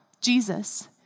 Jesus